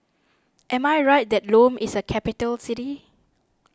am I right that Lome is a capital city